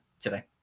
today